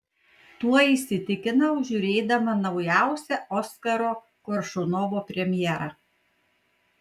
tuo įsitikinau žiūrėdama naujausią oskaro koršunovo premjerą